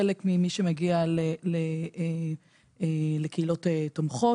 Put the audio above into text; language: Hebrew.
חלק מהאנשים שמגיעים לקהילות תומכות,